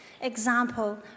example